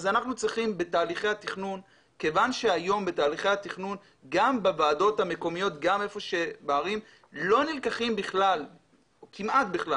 היום בתהליכי התכנון גם בוועדות המקומיות לא נלקחים כמעט בכלל